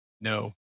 No